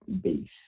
base